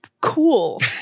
cool